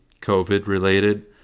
COVID-related